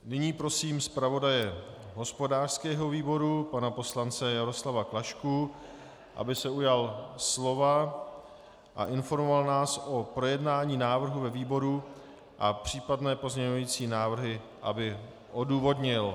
Nyní prosím zpravodaje hospodářského výboru pana poslance Jaroslava Klašku, aby se ujal slova a informoval nás o projednání návrhu ve výboru a případné pozměňující návrhy odůvodnil.